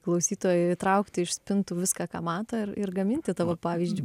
klausytojai traukti iš spintų viską ką mato ir ir gaminti tavo pavyzdžiu